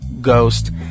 ghost